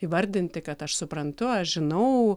įvardinti kad aš suprantu aš žinau